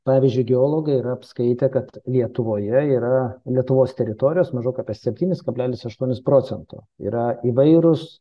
pavyzdžiui geologai yra apskaitę kad lietuvoje yra lietuvos teritorijos maždaug apie septynis kablelis aštuonis procento yra įvairūs